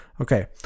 Okay